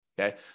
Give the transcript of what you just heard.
okay